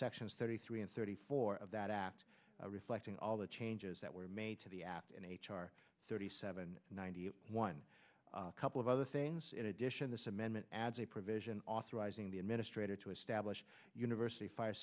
section thirty three and thirty four of that act reflecting all the changes that were made to the act in h r thirty seven ninety one couple of other things in addition this amendment adds a provision authorizing the administrator to establish university fire